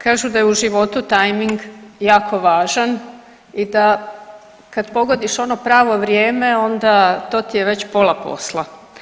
Kažu da je u životu tajming jako važna i da kad pogodiš ono pravo vrijeme onda, to ti je već pola posla.